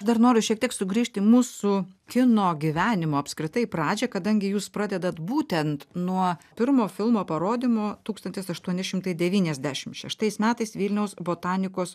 dar noriu šiek tiek sugrįžt į mūsų kino gyvenimo apskritai pradžią kadangi jūs pradedat būtent nuo pirmo filmo parodymo tūkstantis aštuoni šimtai devyniasdešim šeštais metais vilniaus botanikos